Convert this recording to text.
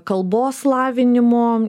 kalbos lavinimo